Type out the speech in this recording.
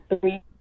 three